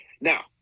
Now